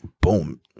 boom